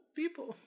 people